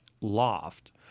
loft